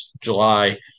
July